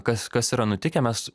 kas kas yra nutikę mes